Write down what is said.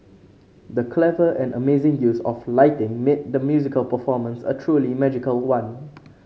the clever and amazing use of lighting made the musical performance a truly magical one